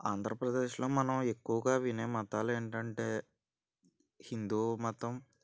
ఆంధ్రప్రదేశ్లో మనం ఎక్కువగా వినే మతాలు ఏంటంటే హిందూ మతం